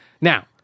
Now